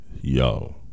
yo